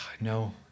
no